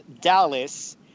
Dallas